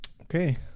okay